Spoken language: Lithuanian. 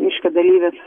reiškia dalyvės